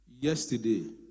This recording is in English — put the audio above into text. yesterday